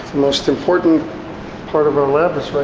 most important part of our lab is right